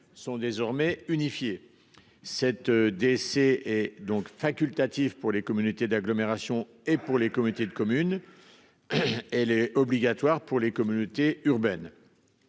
sont désormais unifiés. 7 décès et donc facultative pour les communautés d'agglomération et pour les communautés de communes. Elle est obligatoire pour les communautés urbaines.